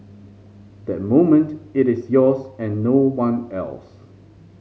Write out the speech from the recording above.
that moment it is yours and no one else